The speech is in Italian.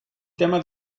tema